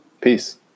Peace